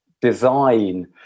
design